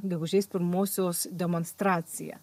gegužės pirmosios demonstraciją